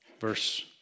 Verse